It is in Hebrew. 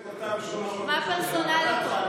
למשל מי שיש לו כתב אישום --- מה דעתך על זה?